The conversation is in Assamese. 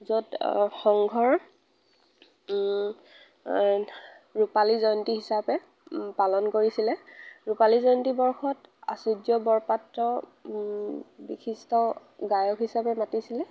য'ত সংঘৰ ৰূপালী জয়ন্তী হিচাপে পালন কৰিছিলে ৰূপালী জয়ন্তী বৰ্ষত আচুৰ্য বৰপাত্ৰ বিশিষ্ট গায়ক হিচাপে মাতিছিলে